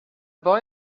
boy